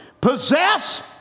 possess